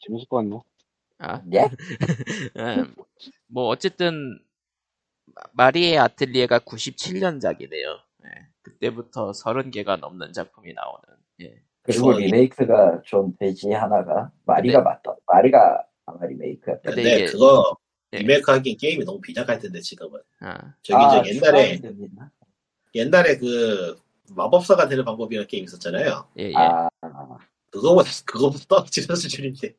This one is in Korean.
재밌을 것 같네. 아. 예? 음, 뭐 어쨌든 마- 마리의 아틀리에가 97년작이네요. 예, 그때부터 30개가 넘는 작품이 나오는, 예. 그리고 그래서 이- 리메이크가 좀 되지, 하나가? 마리가- 네. 맞다. 마리가 아마 리메이크였던- 근데 근데 이게- 그거 예. 리메이크하기엔 게임이 너무 빈약할 텐데, 지금은. 아. 저기, 저기, 아, 옛날에- 추가하면 됩니다. 옛날에 그 마법사가 되는 방법이라는 게임 있었잖아요. 예, 예. 아. 그거보다- 그거보다 더 지저스 줄인데.